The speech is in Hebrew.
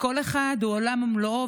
וכל אחד הוא עולם ומלואו,